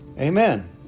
Amen